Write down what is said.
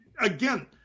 again –